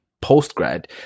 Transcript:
post-grad